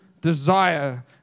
desire